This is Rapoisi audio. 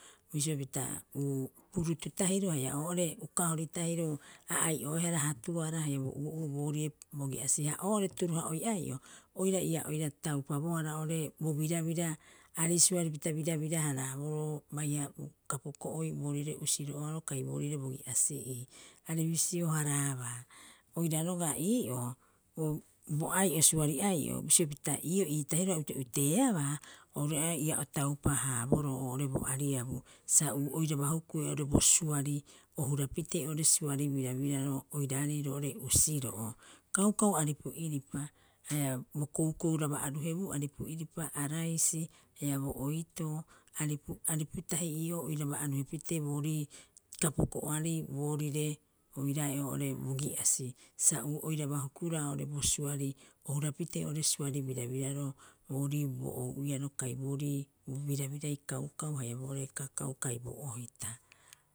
Purutu tahiroo haia oo'ore uka horitahiro a ai'oehara hatuara haia bo uo'uo boorire bogi'asi'ii ha oo'ore turuha'oi ai'o, oira ia oira taupabohara oo'ore bo birabira aarei suaripita birabira- haraaboroo baiha kapuko'oi boorire usiro'oaro kai boorire bogi'asi'ii. Are bisio- haraabaa oira roga'a ii'oo, o bo ai'o suari ai'o bisio pita ii'oo ii tahiroo a ute'uteeabaa oru oira ia otaupa- haaboroo oo'ore bo ariabuu, sa oiraba hukue oo'ore bo suari o hurapitee oo'ore suari birabiraro oiraarei roo'ore usiro'o. Kaukau aripu'iripa haia bo koukouraba aruhebuu aripu'iripa. araisi haia bo oitoo, ariputahi ii'oo oiraba aruhepitee boorii kapuko'oarei boorire oiraae oo'ore bogi'asi. Sa oiraba hukuraa oo'ore bo suari o hurapitee suari birabiraro boorii bo ou'iaro kai boorii bo birabirai kaukau haia roo'ore kakau kai bo ohita.